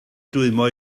dwymo